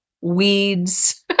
weeds